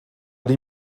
die